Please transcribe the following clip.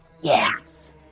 Yes